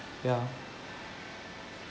ya